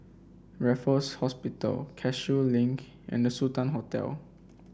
Raffles Hospital Cashew Link and The Sultan Hotel